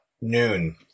noon